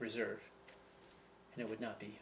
reserve and it would not be